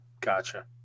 Gotcha